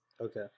okay